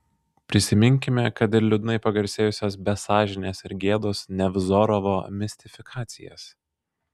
prisiminkime kad ir liūdnai pagarsėjusias be sąžinės ir gėdos nevzorovo mistifikacijas